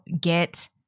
get